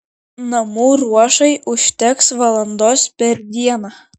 namų ruošai užteks valandos per dieną